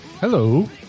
Hello